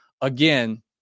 again